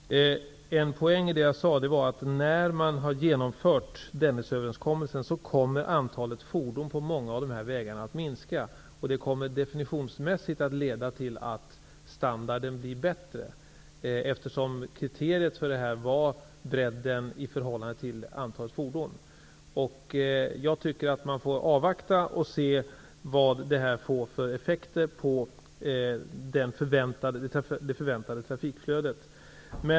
Herr talman! En poäng i det jag sade är att antalet fordon på många av dessa vägar kommer att minska när man har genomfört Dennisöverenskommelsen. Det kommer definitionsmässigt att leda till att standarden blir bättre, eftersom kriterierna för detta var bredden i förhållande till antalet fordon. Man får avvakta och se vad det får för effekter på det förväntade trafikflödet.